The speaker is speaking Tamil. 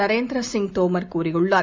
நரேந்திர சிங் தோமர் கூறியுள்ளார்